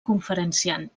conferenciant